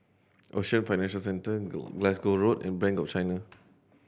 Ocean Financial Centre Glasgow Road and Bank of China